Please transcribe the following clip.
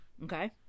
Okay